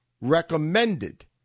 recommended